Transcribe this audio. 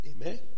Amen